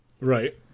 Right